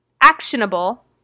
actionable